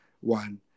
one